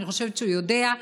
שאני חושבת שהוא יודע,